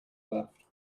left